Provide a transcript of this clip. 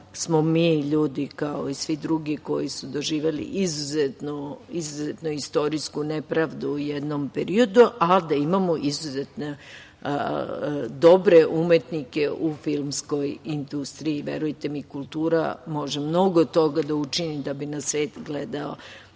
smo mi ljudi kao i svi drugi koji su doživeli izuzetnu istorijsku nepravdu u jednom periodu, ali da imamo izuzetno dobre umetnike u filmskoj industriji. Verujte mi, kultura može mnogo toga da učini da bi nas svet gledao